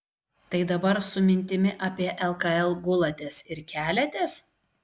tai dabar su mintimi apie lkl gulatės ir keliatės